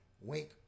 Wink